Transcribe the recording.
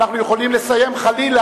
ואנחנו יכולים לסיים כל יום שני,